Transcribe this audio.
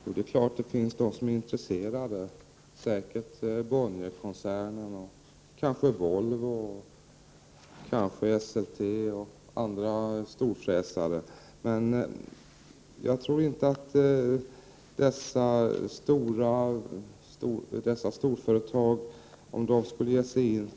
Herr talman! Det är klart att det finns de som är intresserade — särskilt Bonnierkoncernen, kanske Volvo, kanske Esselte och andra storfräsare. Men jag tror inte att det skulle befrämja mångfalden om dessa storföretag skulle ge sig in